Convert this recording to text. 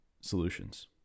solutions